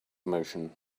motion